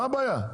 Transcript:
מה הבעיה?